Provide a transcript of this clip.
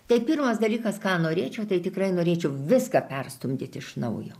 tai pirmas dalykas ką norėčiau tai tikrai norėčiau viską perstumdyti iš naujo